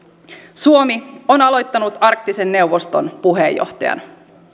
suomi on aloittanut arktisen neuvoston puheenjohtajana